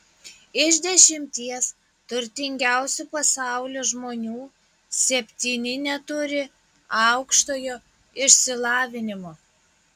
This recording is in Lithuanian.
iš dešimties turtingiausių pasaulio žmonių septyni neturi aukštojo išsilavinimo